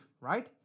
right